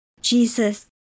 Jesus